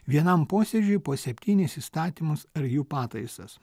vienam posėdžiui po septynis įstatymus ar jų pataisas